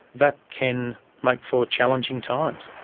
that can make for challenging times.